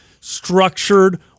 structured